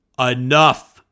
Enough